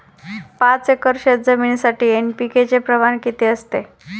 पाच एकर शेतजमिनीसाठी एन.पी.के चे प्रमाण किती असते?